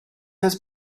has